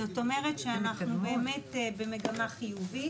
זאת אומרת שאנחנו באמת במגמה חיובית,